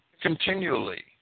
continually